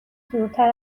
دورتر